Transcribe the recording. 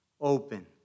open